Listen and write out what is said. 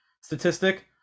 statistic